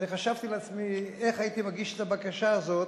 ואני חשבתי לעצמי איך הייתי מגיש את הבקשה הזאת